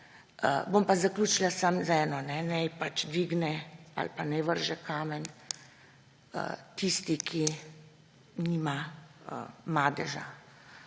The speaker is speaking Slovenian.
bom pa zaključila samo z enim: naj dvigne ali pa vrže kamen tisti, ki nima madeža.